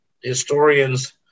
historians